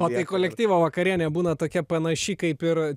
o tai kolektyvo vakarienė būna tokia panaši kaip ir